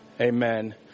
amen